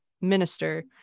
minister